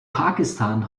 pakistan